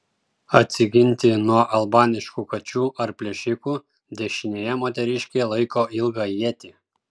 atsiginti nuo albaniškų kačių ar plėšikų dešinėje moteriškė laiko ilgą ietį